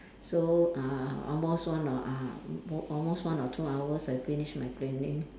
so uh almost one or uh mo~ almost one or two hours I finish my cleaning